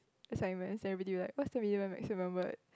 is like when you say video like what is the video make sure remembered